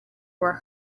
were